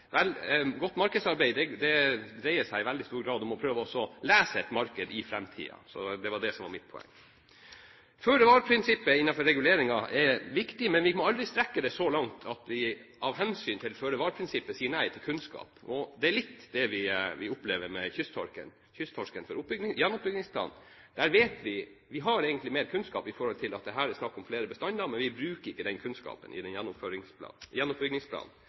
Vel, godt markedsarbeid dreier seg i veldig stor grad om å prøve å lese et marked i framtiden. Det var det som var mitt poeng. Føre-var-prinsippet innenfor reguleringen er viktig, men vi må aldri strekke det så langt at vi av hensyn til føre-var-prinsippet sier nei til kunnskap. Det er litt det vi opplever med kysttorsken. Vi har egentlig mer kunnskap med hensyn til at det her er snakk om flere bestander, men vi bruker den ikke i